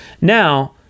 now